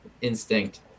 instinct